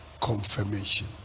confirmation